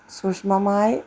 സൂക്ഷ്മമായി